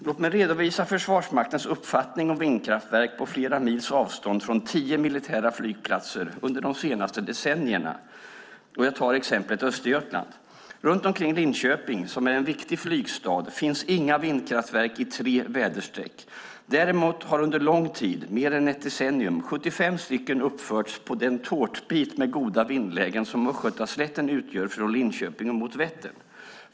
Låt mig redovisa Försvarsmaktens uppfattning om vindkraftverk på flera mils avstånd från tio militära flygplatser under de senaste decennierna. Jag tar exemplet från Östergötland. Runt omkring Linköping, som är en viktig flygstad, finns inga vindkraftverk i tre väderstreck. Däremot har under lång tid, mer än ett decennium, 75 stycken uppförts på den tårtbit med goda vindlägen som Östgötaslätten utgör från Linköping mot Vättern.